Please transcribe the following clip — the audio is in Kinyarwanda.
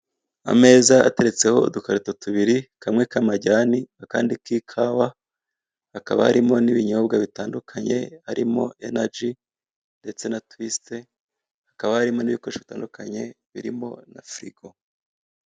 Ameza ateretseho udukarito tubiri kamwe k'amajyani akandi k'ikawa, hakaba harimo n'ibinyobwa bitandukanye harimo anaji ndetse na twisite, hakaba harimo n'ibikoresho bitandukanye birimo na firigo.